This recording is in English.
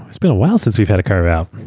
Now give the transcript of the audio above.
it's been a while since we've had a carve-out.